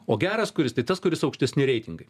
o geras kuris tai tas kuris aukštesni reitingai